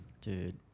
Dude